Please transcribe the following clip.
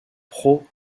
pro